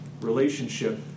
relationship